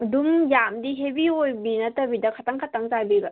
ꯑꯗꯨꯝ ꯌꯥꯝꯗꯤ ꯍꯦꯚꯤ ꯑꯣꯏꯕꯤ ꯅꯠꯇꯕꯤꯗ ꯈꯇꯪ ꯈꯇꯪ ꯆꯥꯏꯕꯤꯕ